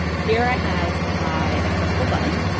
here i have my accessible button,